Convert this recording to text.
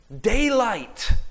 daylight